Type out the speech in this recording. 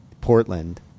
Portland